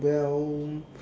well